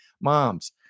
moms